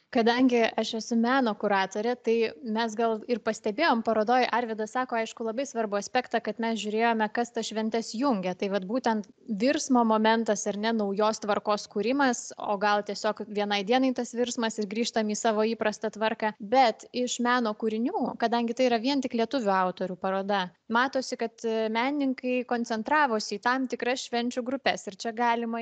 kadangi aš esu meno kuratorė tai mes gal ir pastebėjom parodoj arvydas sako aišku labai svarbų aspektą kad mes žiūrėjome kas tas šventes jungia tai vat būtent virsmo momentas ir ne naujos tvarkos kūrimas o gal tiesiog vienai dienai tas virsmas ir grįžtam į savo įprastą tvarką bet iš meno kūrinių kadangi tai yra vien tik lietuvių autorių paroda matosi kad menininkai koncentravosi į tam tikras švenčių grupes ir čia galima